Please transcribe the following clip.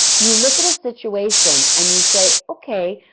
you look at a situation and you say, ok,